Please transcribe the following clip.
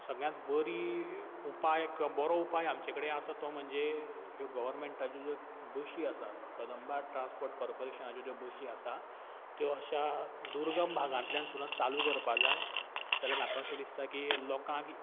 सगळ्यात बरी उपाय किंवा बोरो उपाय आमचे कडेन आसा तो म्हणजे ज्यो गॉवरमँटाच्यो ज्यो बशी आसा कदंबा ट्रान्स्पोर्ट कॉर्पोरेशनाच्यो ज्यो बशी आसा त्यो अशा दुर्गम भागांतल्यान सुद्दां चालू करपा जाय जाल्या म्हाका अशें दिसता की लोकांक